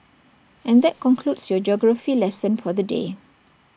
and that concludes your geography lesson for the day